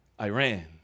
Iran